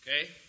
Okay